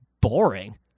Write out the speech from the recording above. boring